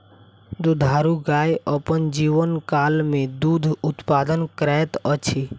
दुधारू गाय अपन जीवनकाल मे दूध उत्पादन करैत अछि